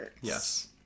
Yes